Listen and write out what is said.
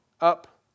Up